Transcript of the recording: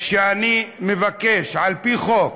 שאני מבקש על-פי חוק